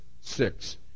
six